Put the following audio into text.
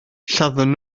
lladdon